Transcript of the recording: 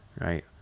Right